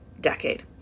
decade